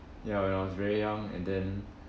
ya when I was very young and then